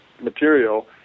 material